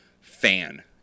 fan